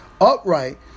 upright